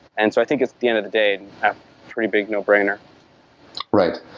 and so i think it's the end of the day and have three big no brainer right.